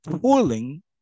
pulling